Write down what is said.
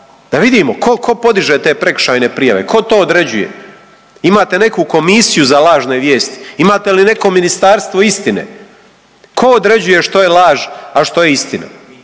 Da vidimo ko podiže te prekršajne prijave, ko to određuje? Imate neku komisiju za lažne vijesti, imate li neko ministarstvo istine? Ko određuje što je laž, a što je istina?